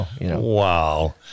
Wow